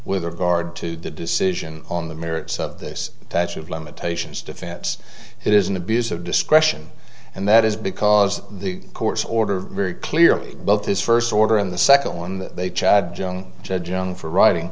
with regard to the decision on the merits of this patch of limitations defense it is an abuse of discretion and that is because the court's order very clearly both his first order and the second one they chad junk judge known for writing